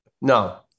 no